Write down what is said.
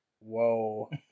Whoa